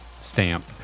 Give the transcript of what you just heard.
stamp